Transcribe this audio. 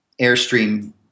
Airstream